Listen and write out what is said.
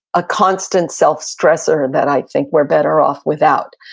a constant self-stressor that i think we're better off without.